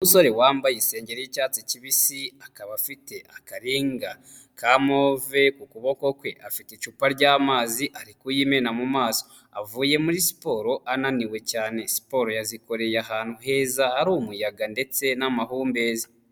Umusore wambaye igisenge y'icyatsi kibisi, akaba afite akarenga ka move ku kuboko kwe, afite icupa ryamazi ari kuyimena mu maso, avuye muri siporo ananiwe cyane, siporo yazikoreye ahantu heza hari umuyaga ndetse n'amahumbezi.